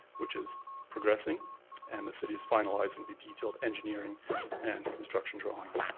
which is progressing and the city's finalizing the detailed engineering and construction drawings.